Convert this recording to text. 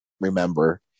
remember